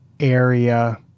Area